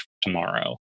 tomorrow